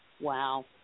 Wow